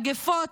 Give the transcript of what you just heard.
מגפות,